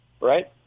right